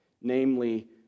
namely